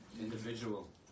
Individual